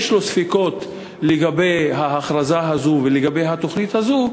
יש לו ספקות לגבי ההכרזה הזו ולגבי התוכנית הזו,